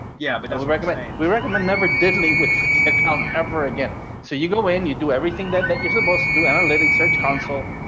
yeah, but it was recommended. we recommend never did link with account ever again. so you go in you do everything that that you're supposed to do analytics search console,